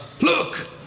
look